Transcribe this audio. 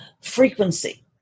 Frequency